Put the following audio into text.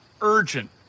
urgent